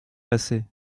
passer